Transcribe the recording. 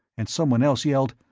and someone else yelled,